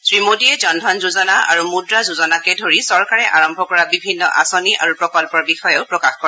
শ্ৰীমোদীয়ে জন ধন যোজনা আৰু মূদ্ৰা যোজনাকে ধৰি চৰকাৰে আৰম্ভ কৰা বিভিন্ন আঁচনি আৰু প্ৰকল্পৰ বিষয়েও প্ৰকাশ কৰে